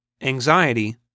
anxiety